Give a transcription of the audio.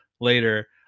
later